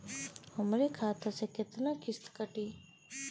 हमरे खाता से कितना किस्त कटी?